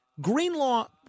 Greenlaw